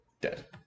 dead